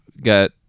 got